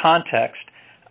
context